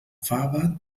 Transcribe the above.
fava